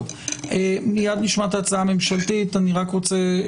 משרד המשפטים, ההצעה הממשלתית, בבקשה.